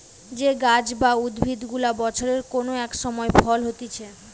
যে গাছ বা উদ্ভিদ গুলা বছরের কোন এক সময় ফল হতিছে